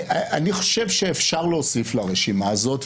אני חושב שאפשר להוסיף לרשימה הזאת,